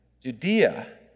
Judea